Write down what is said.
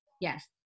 Yes